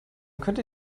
könnte